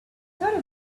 thought